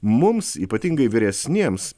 mums ypatingai vyresniems